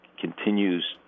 continues